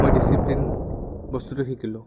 মই ডিচিপ্লিন বস্তুটো শিকিলোঁ